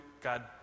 God